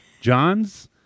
John's